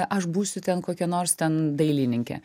aš būsiu ten kokia nors ten dailininkė